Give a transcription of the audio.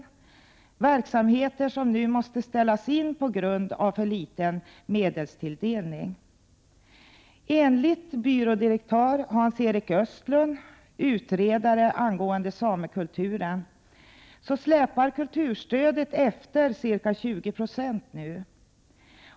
Det är verksamheter som nu måste inställas på grund av alltför liten medelstilldelning. Enligt byrådirektör Hans Erik Östlund, utredaren av samekulturen, släpar kulturstödet efter ca 20 20.